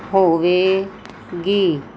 ਹੋਵੇਗੀ